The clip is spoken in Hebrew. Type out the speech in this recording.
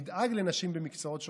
נדאג לנשים במקצועות שוחקים,